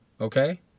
okay